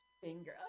finger